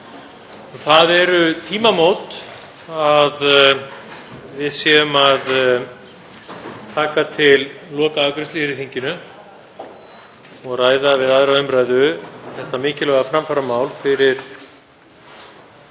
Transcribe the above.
Það eru tímamót að við séum að taka til lokaafgreiðslu í þinginu og ræða við 2. umr. þetta mikilvæga framfaramál fyrir